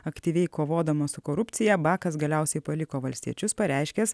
aktyviai kovodamas su korupcija bakas galiausiai paliko valstiečius pareiškęs